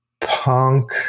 punk